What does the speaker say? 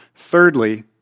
thirdly